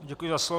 Děkuji za slovo.